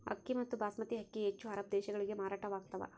ಅಕ್ಕಿ ಮತ್ತು ಬಾಸ್ಮತಿ ಅಕ್ಕಿ ಹೆಚ್ಚು ಅರಬ್ ದೇಶಗಳಿಗೆ ಮಾರಾಟವಾಗ್ತಾವ